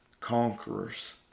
conquerors